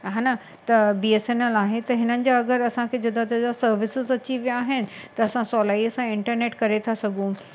हन त B S N L आहे त हिननि जा अगरि असांखे जुदा जुदा सर्विसिस अची विया आहिनि त असां सहुलाईअ सां इंटरनेट करे था सघूं